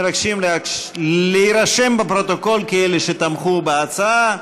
מבקשים להירשם בפרוטוקול ככאלה שתמכו בהצעה.